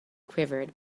quivered